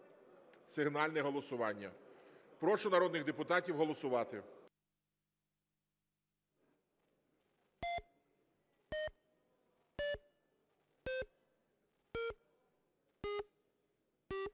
сигнальне голосування. Прошу народних депутатів голосувати.